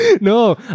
No